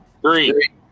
Three